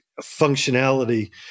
functionality